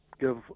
give